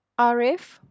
Arif